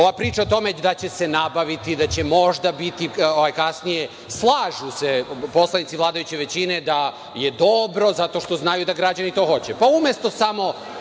Ova priča o tome da će se nabaviti, da će možda biti kasnije, slažu se poslanici vladajuće većine da je dobro, zato što znaju da građani to hoće.